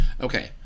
Okay